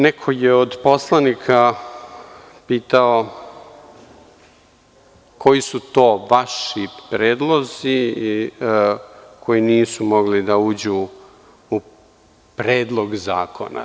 Neko od poslanika je pitao – koji su to vaši predlozi koji nisu mogli da uđu u Predlog zakona?